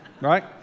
Right